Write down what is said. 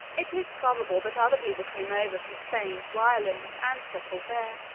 it is probable that other people came over from spain to ireland, and settled there.